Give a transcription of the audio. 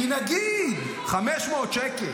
כי נגיד 500 שקל